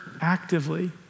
actively